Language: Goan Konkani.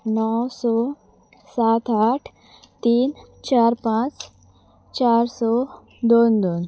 णव सो सात आठ तीन चार पांच चार सो दोन दोन